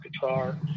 guitar